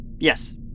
yes